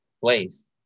place